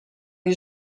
این